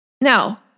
Now